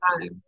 time